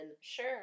Sure